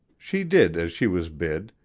she did as she was bid,